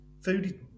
Food